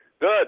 good